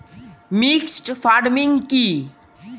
Mixed farming কি?